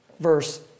Verse